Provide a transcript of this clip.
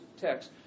text